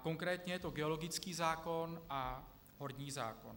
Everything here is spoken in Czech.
Konkrétně je to geologický zákon a horní zákon.